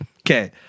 Okay